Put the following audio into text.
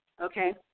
okay